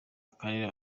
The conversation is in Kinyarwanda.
karere